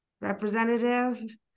representative